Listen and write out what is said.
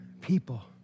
people